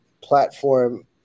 platform